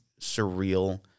surreal